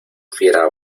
fiera